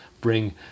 bring